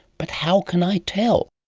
but how can i tell?